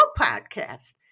podcast